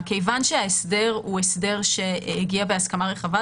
ההסדר הוא הגיע בהסכמה רחבה,